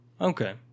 Okay